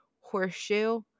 horseshoe